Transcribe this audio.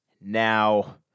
now